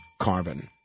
Carbon